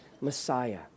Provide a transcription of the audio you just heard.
Messiah